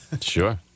Sure